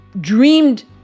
dreamed